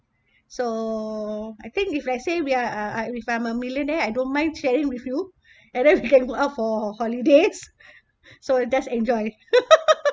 so I think if let's say we're I if I'm a millionaire I don't mind sharing with you and then we can go out for holidays so just enjoy